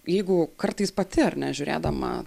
jeigu kartais pati ar ne žiūrėdama